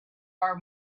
are